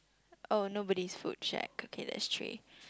oh nobody is fruit shake okay that's three